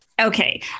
Okay